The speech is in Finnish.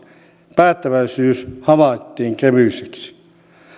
päättäväisyys havaittiin kevyeksi